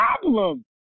problem